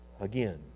again